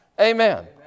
Amen